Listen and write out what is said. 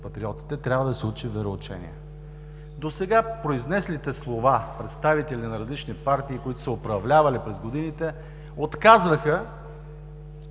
патриотите, трябва да се учи вероучение. Досега произнеслите слова представители на различни партии, които са управлявали през годините, отказваха